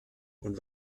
und